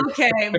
Okay